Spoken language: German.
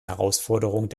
herausforderung